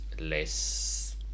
less